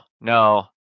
no